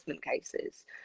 cases